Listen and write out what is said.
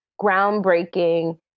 groundbreaking